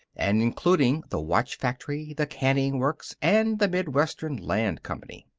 and including the watch factory, the canning works, and the mid-western land company.